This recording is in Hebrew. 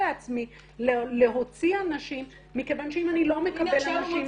לאפשר לעצמי להוציא אנשים מכוון שאם אני לא מקבל אנשים